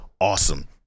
Awesome